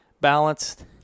balanced